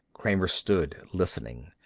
kramer stood, listening.